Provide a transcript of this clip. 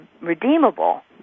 redeemable